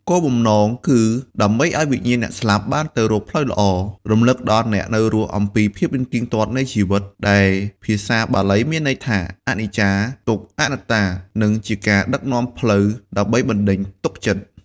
គោលបំណងគឺដើម្បីឲ្យវិញ្ញាណអ្នកស្លាប់បានទៅរកផ្លូវល្អ រំលឹកដល់អ្នករស់អំពីភាពមិនទៀងទាត់នៃជីវិត ដែលភាសាបាលីមានន័យថា អនិច្ចា ទុក្ខ អនត្តា និងជាការដឹកនាំផ្លូវធម៌ដើម្បីបណ្ដេញទុក្ខចិត្ត។